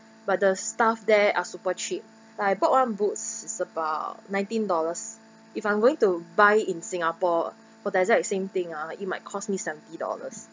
but the stuff there are super cheap like I bought one boots is about nineteen dollars if I'm going to buy in singapore for the exact same thing ah it might cost me seventy dollars